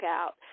out